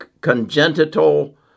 Congenital